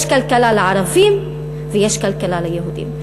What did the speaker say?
יש כלכלה לערבים, ויש כלכלה ליהודים.